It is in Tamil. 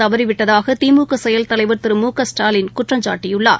தவறிவிட்டதாக திமுக செயல் தலைவர் திரு மு க ஸ்டாலின் குற்றம்சாட்டியுள்ளார்